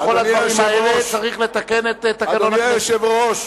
בכל הדברים האלה צריך לתקן את תקנון הכנסת.